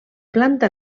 planta